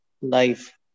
life